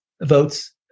votes